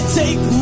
take